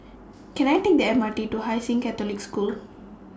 Can I Take The M R T to Hai Sing Catholic School